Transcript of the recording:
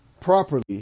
properly